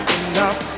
enough